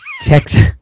Texas